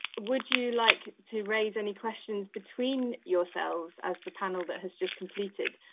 would you like to raise any questions between yourselves as the panel that has just completed?